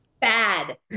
bad